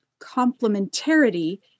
complementarity